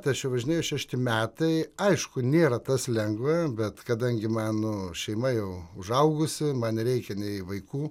tai aš jau važinėju šešti metai aišku nėra tas lengva bet kadangi mano šeima jau užaugusi man nereikia nei vaikų